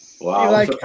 Wow